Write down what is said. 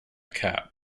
cap